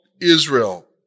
Israel